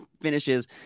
finishes